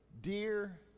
dear